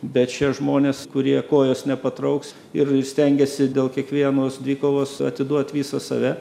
bet šie žmonės kurie kojos nepatrauks ir stengiasi dėl kiekvienos dvikovos atiduot visą save